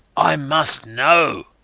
i must know.